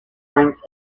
franks